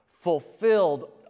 fulfilled